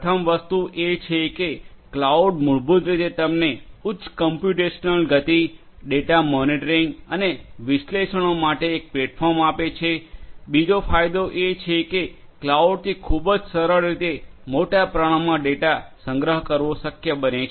પ્રથમ વસ્તુ એ છે કે ક્લાઉડ મૂળભૂત રીતે તમને ઉચ્ચ કોમ્પ્યુટેશનલ ગતિ ડેટા મોનિટરિંગ અને વિશ્લેષણો માટે એક પ્લેટફોર્મ આપે છે બીજો ફાયદો એ છે કે ક્લાઉડથી ખૂબ જ સરળ રીતે મોટા પ્રમાણમાં ડેટા સંગ્રહ કરવો શક્ય બને છે